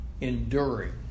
enduring